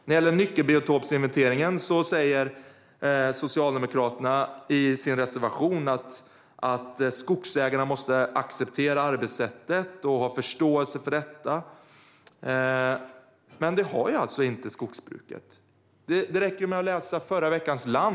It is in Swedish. Vad gäller nyckelbiotopsinventeringen säger Socialdemokraterna i sin reservation att skogsägarna måste acceptera arbetssättet och ha förståelse för det. Men skogsbruket har ju inte det. Det räcker att läsa förra veckans nummer av Land.